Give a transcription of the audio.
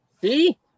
See